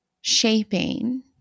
shaping